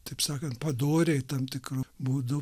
taip sakant padoriai tam tikru būdu